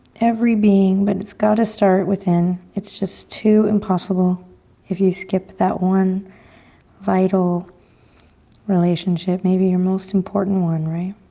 every being, but it's gotta start within. it's just too impossible if you skip that one vital relationship, maybe your most important one. right?